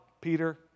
Peter